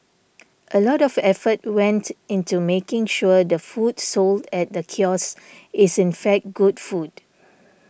a lot of effort went into making sure the food sold at the kiosk is in fact good food